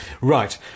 Right